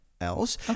else